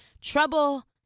trouble